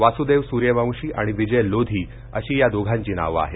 वासुदेव सूर्यवंशी आणि विजय लोधी अशी या दोघांची नावं आहेत